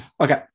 Okay